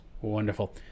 Wonderful